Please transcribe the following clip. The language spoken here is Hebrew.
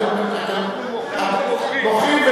אנחנו מוחים.